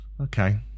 Okay